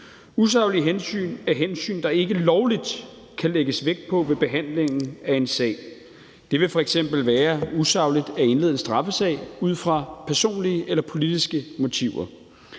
Usaglige hensyn er hensyn, der ikke lovligt kan lægges vægt på ved behandlingen af en sag. Det vil f.eks. være usagligt at indlede en straffesag ud fra personlige eller politiske motiver.